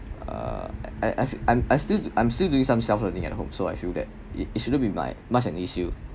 uh I I've I'm I'm still I'm still doing some self learning at home so I feel that it it shouldn't be my much an issue